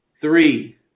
Three